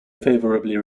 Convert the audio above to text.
favourably